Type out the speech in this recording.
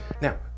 Now